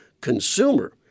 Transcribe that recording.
consumer